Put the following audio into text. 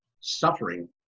suffering